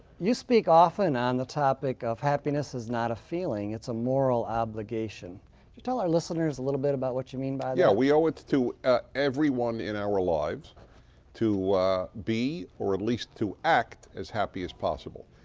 you speak often on the topic of happiness is not a feeling, it's a moral obligation. could you tell our listeners a little bit about what you mean by that? yeah. we owe it to to ah everyone in our lives to be or at least to act as happy as possible.